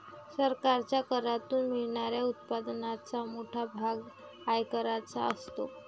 सरकारच्या करातून मिळणाऱ्या उत्पन्नाचा मोठा भाग आयकराचा असतो